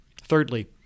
Thirdly